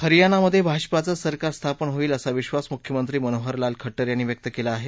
हरियाणामधे भाजपाचं सरकार स्थापन होईल अशा विक्षास मुख्यमंत्री मनोहरलाल खट्टर यांनी व्यक्त केलं आहे